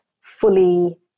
fully